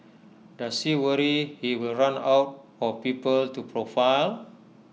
does he worry he will run out of people to profile